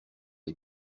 les